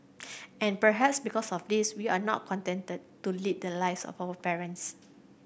and perhaps because of this we are not contented to lead the lives of our parents